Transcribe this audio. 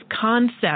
concept